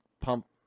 pump